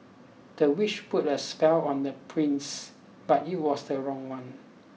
the witch put a spell on the prince but it was the wrong one